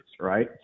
right